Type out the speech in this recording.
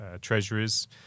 treasuries